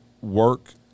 work